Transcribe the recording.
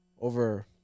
over